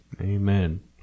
Amen